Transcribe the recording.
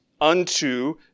unto